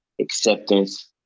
acceptance